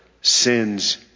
sin's